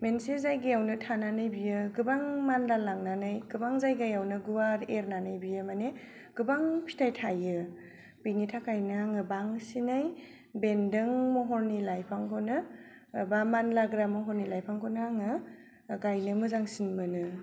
मोनसे जायगायावनो थानानै बियो गोबां मानला लांनानै गोबां जायगायावनो गुवार एरनानै बियो गोबां फिथाइ थाइयो बेनि थाखायनो आङो बांसिनै बेन्दों महरनि लाइफांखौनो एबा मानलाग्रा महरनि लाइफांखौनो आङो गायनो मोजांसिन मोनो